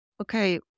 okay